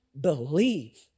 believe